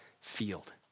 field